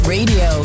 Radio